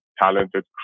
talented